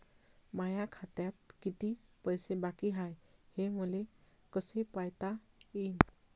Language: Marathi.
माया खात्यात किती पैसे बाकी हाय, हे मले कस पायता येईन?